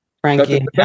Frankie